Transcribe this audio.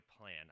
plan